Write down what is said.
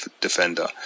defender